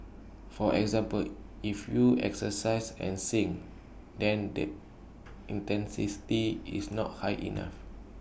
for example if you exercise and sing then the is not high enough